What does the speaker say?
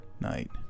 night